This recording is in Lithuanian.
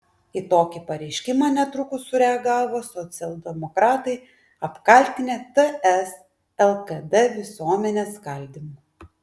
į tokį pareiškimą netrukus sureagavo socialdemokratai apkaltinę ts lkd visuomenės skaldymu